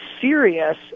serious